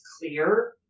clear